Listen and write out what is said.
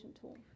tool